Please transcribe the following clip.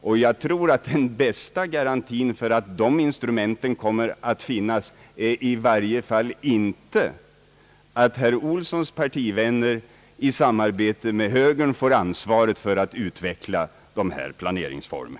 Och jag tror att den bästa garantin för att de instrumenten kommer att finnas är i varje fall inte att herr Olssons partivänner i samarbete med högern får ansvaret för att utveckla dessa planeringsformer.